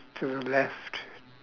to the left